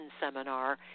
seminar